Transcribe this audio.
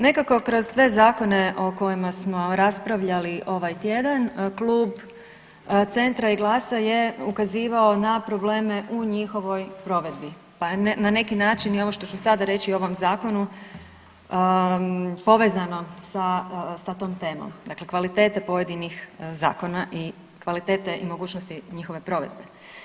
Nekako kroz sve zakone o kojima smo raspravljali ovaj tjedan, Klub Centra i GLAS-a je ukazivao na probleme u njihovoj provedbi, pa je na neki način i ovo što ću sada reći o ovom Zakonu povezano sa tom temom, dakle kvalitete pojedinih zakona i kvalitete i mogućnosti njihove provedbe.